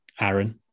Aaron